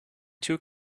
two